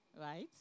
right